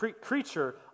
creature